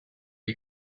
you